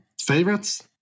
favorites